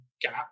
gap